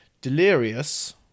Delirious